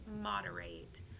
moderate